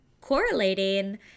correlating